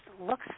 looks